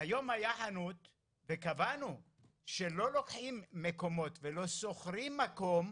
היום הייתה חנות וקבענו שלא לוקחים מקומות ולא סוחרים מקום,